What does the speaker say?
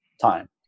time